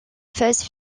phase